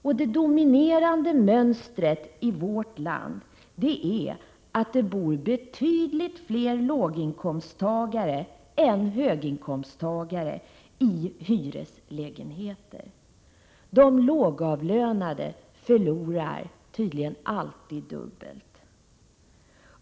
Och det dominerande mönstret i vårt land är att det bor betydligt fler låginkomsttagare än höginkomsttagare i hyreslägenheter. De lågavlönade förlorar tydligen alltid dubbelt!